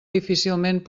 difícilment